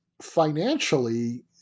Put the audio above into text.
financially